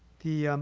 the